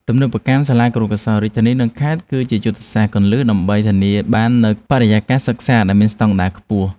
ទំនើបកម្មសាលាគរុកោសល្យរាជធានីនិងខេត្តគឺជាយុទ្ធសាស្ត្រគន្លឹះដើម្បីធានាបាននូវបរិយាកាសសិក្សាដែលមានស្តង់ដារខ្ពស់។